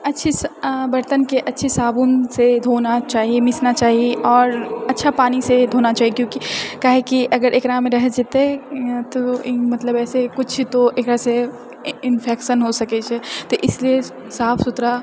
अच्छेसँ बर्तनके अच्छी साबुनसँ धोना चाही मिसना चाही आओर अच्छा पानी से धोना चाही क्युकी काहेकी अगर एकरामे रहि जेतै तऽ ई मतलब ऐसे किछु तो एकरासँ इन्फेक्शन हो सकैत छै तऽ इसलिए साफ सुथरा